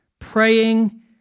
Praying